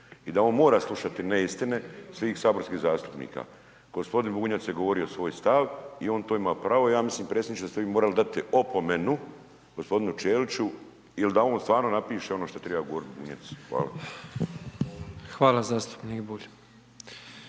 i da on mora slušati neistine svih saborskih zastupnika. Gospodin Bunjac je govorio svoj stav i on to ima pravo, ja mislim predsjedniče da ste vi morali dati opomenu gospodinu Ćeliću il da on stvarno napiše ono što treba govorit Bunjac. Hvala. **Petrov, Božo